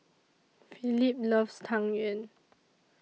Phillip loves Tang Yuen